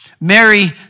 Mary